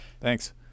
Thanks